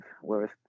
whereas